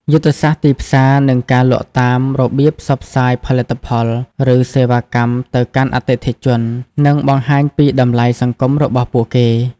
យុទ្ធសាស្រ្តទីផ្សារ និងការលក់តាម របៀបផ្សព្វផ្សាយផលិតផល ឬសេវាកម្មទៅកាន់អតិថិជន និងបង្ហាញពីតម្លៃសង្គមរបស់ពួកគេ។